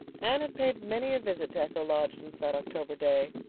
anne had paid many a visit to echo lodge since that october day.